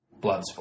Bloodsport